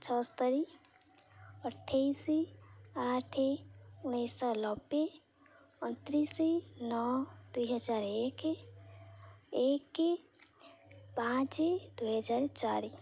ଛଅସ୍ତରି ଅଠେଇଶି ଆଠ ଉଣେଇଶହ ନବେ ଅଣତିରିଶି ନଅ ଦୁଇ ହଜାର ଏକ ଏକ ପାଞ୍ଚ ଦୁଇ ହଜାର ଚାରି